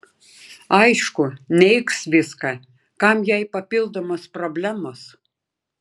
aišku neigs viską kam jai papildomos problemos